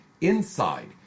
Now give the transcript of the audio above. INSIDE